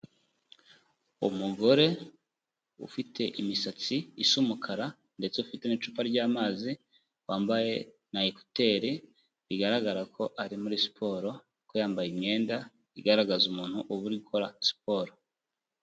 Umugore ufite imisatsi isa umukara, ndetse ufite n'icupa ry'amazi, wambaye na ekuteri, bigaragara ko ari muri siporo kuko yambaye imyenda igaragaza umuntu uba uri gukora siporo.